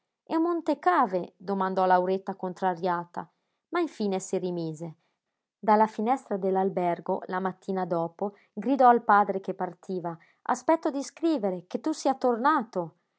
e monte cave domandò lauretta contrariata ma infine si rimise dalla finestra dell'albergo la mattina dopo gridò al padre che partiva aspetto di scrivere che tu sia ritornato